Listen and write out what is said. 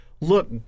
look